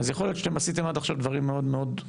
יכול להיות שאתם עשיתם עד עכשיו דברים מאוד חשובים.